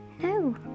No